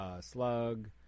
Slug